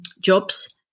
jobs